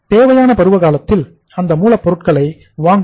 தேவையான பருவகாலத்தில் அந்த மூலப்பொருளை வாங்குவோம்